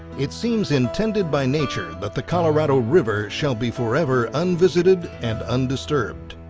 it seems intended by nature that the colorado river shall be forever unvisited and undisturbed.